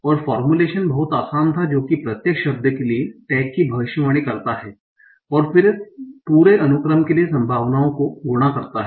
और फोर्मूलेशन बहुत आसान था जो कि प्रत्येक शब्द के लिए टैग की भविष्यवाणी करता है और फिर पूरे अनुक्रम के लिए संभावनाओं को गुणा करता है